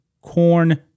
corn